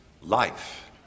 life